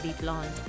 Blonde